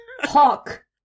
Hawk